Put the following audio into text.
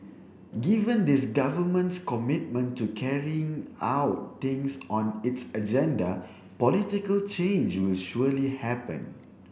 given this Government's commitment to carrying out things on its agenda political change will surely happen